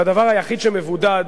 והדבר היחיד שמבודד,